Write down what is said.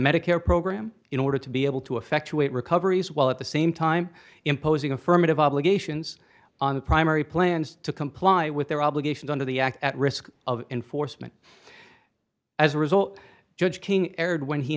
medicare program in order to be able to effect to wait recoveries while at the same time imposing affirmative obligations on the primary plans to comply with their obligations under the act at risk of enforcement as a result judge king erred when he